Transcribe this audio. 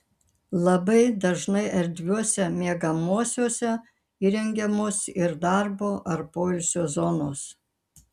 labai dažnai erdviuose miegamuosiuose įrengiamos ir darbo ar poilsio zonos